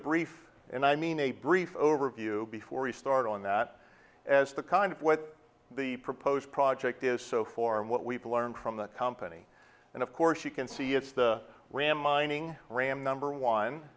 brief and i mean a brief overview before we start on that as the kind of what the proposed project is so for and what we've learned from the company and of course you can see it's the ram mining ram number one